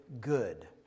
good